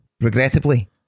Regrettably